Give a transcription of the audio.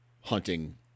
hunting